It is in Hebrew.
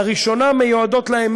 לראשונה מיועדות להם,